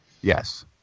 Yes